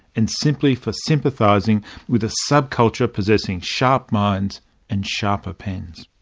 and simply for sympathising with a subculture possessing sharp minds and sharper pens.